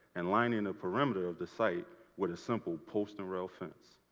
and lining a perimeter of the site with a simple poster rail fence.